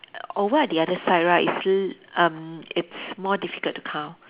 over at the other side right it's l~ um it's more difficult to count